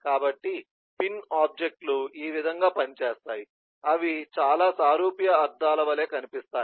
కాబట్టి pin object లు ఈ విధంగా పని చేస్తాయి అవి చాలా సారూప్య అర్థాల వలె కనిపిస్తాయి